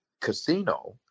casino